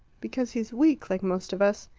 because he's weak like most of us.